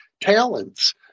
talents